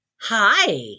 Hi